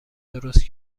درست